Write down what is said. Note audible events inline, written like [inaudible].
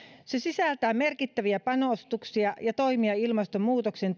se sisältää merkittäviä panostuksia ja toimia ilmastonmuutoksen [unintelligible]